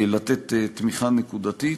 לתת תמיכה נקודתית.